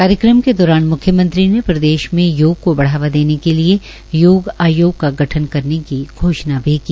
कार्यक्रम के दौरान म्ख्यमंत्री ने प्रदेश में योग को बढ़ावा देने के लिए योग आयोग का गठन करने की घोष्णा भी की